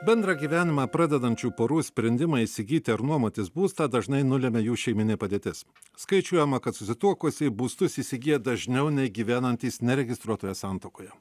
bendrą gyvenimą pradedančių porų sprendimą įsigyti ar nuomotis būstą dažnai nulemia jų šeiminė padėtis skaičiuojama kad susituokusieji būstus įsigyja dažniau nei gyvenantys neregistruotoje santuokoje